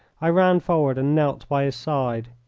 i ran forward and knelt by his side.